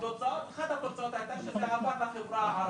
אחת התוצאות היו שזה עבר לחברה הערבית.